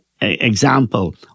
example